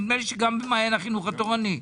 נדמה לי שגם במעיין החינוך התורני.